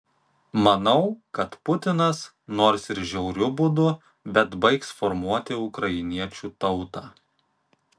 manau kad putinas nors ir žiauriu būdu bet baigs formuoti ukrainiečių tautą